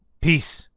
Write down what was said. peace!